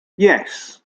yes